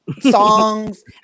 songs